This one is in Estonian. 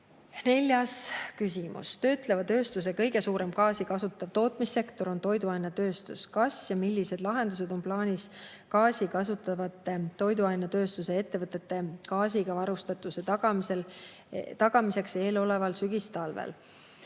Neljas küsimus: "Töötleva tööstuse kõige suurem gaasi kasutav tootmissektor on toiduainetööstus. Kas ja millised lahendused on plaanis gaasi kasutavate toidutööstuse ettevõtete gaasiga varustatuse tagamiseks eeloleval sügis-talvel?"